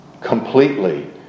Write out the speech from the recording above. completely